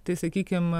tai sakykim